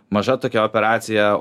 maža tokia operacija